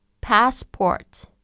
Passport